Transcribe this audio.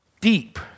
deep